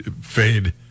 fade